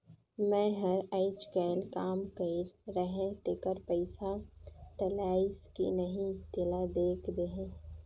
मै हर अईचकायल काम कइर रहें तेकर पइसा डलाईस कि नहीं तेला देख देहे?